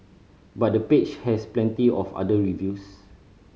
but the page has plenty of other reviews